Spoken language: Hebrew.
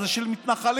זה עיתון של מתנחלים,